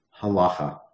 halacha